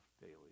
daily